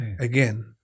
again